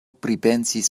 pripensis